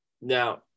now